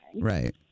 Right